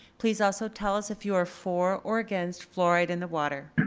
please also tell us if you are for or against fluoride in the water.